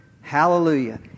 hallelujah